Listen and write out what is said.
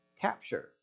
capture